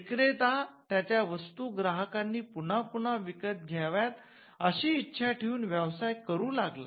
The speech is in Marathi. विक्रेता त्याच्या वस्तू ग्राहकांनी पुन्हा पुन्हा विकत घ्याव्यात अशी इच्छा ठेऊन व्यवसाय करू लागला